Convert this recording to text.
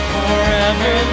Forever